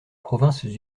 provinces